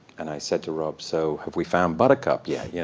and i said to rob, so have we found buttercup yet? yeah